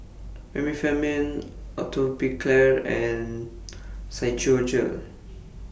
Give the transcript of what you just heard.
Remifemin Atopiclair and Physiogel